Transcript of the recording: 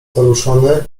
poruszony